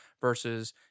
versus